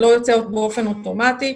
לא יוצא באופן אוטומטי.